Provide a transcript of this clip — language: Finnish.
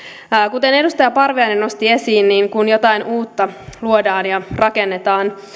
kuten edustaja parviainen nosti esiin niin kun jotain uutta luodaan ja rakennetaan